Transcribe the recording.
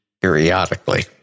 periodically